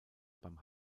beim